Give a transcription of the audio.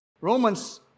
Romans